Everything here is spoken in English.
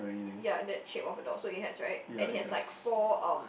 ya that shape of a door so it has right and it has like four um